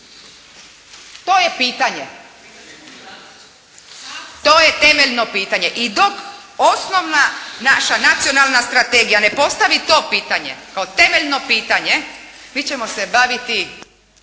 to je pitanje. To je temeljno pitanje. I dok osnovna naša nacionalna strategija ne postavi to pitanje kao temeljno pitanje mi ćemo se baviti